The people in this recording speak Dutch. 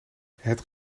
het